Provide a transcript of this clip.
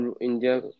India